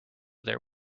there